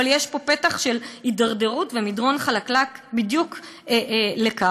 אבל יש פה פתח להידרדרות ומדרון חלקלק בדיוק לכך.